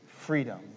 freedom